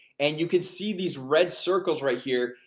and you can see these red circles right here.